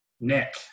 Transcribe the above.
Nick